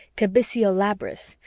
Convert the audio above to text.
kabysia labrys,